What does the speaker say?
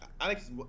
Alex